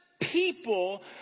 People